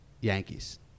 Yankees